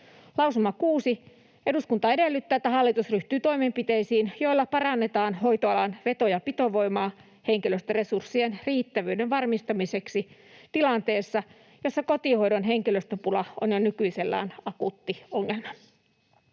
Lausuma kuusi: ”Eduskunta edellyttää, että hallitus ryhtyy toimenpiteisiin, joilla parannetaan hoitoalan veto- ja pitovoimaa henkilöstöresurssien riittävyyden varmistamiseksi tilanteessa, jossa kotihoidon henkilöstöpula on jo nykyisellään akuutti ongelma.